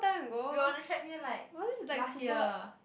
we were on the threadmill like last year